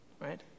right